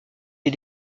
est